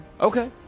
Okay